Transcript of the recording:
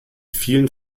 vielen